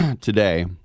today